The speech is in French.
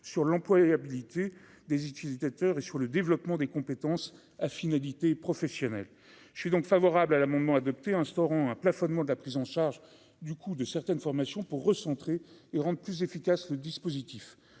sur l'employabilité des utilisateurs et sur le développement des compétences à finalité professionnelle, je suis donc favorable à l'amendement adopté instaurant un plafonnement de la prise en charge du coût de certaines formations pour recentrer et rendent plus efficace le dispositif,